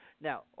Now